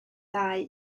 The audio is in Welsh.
dau